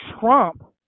Trump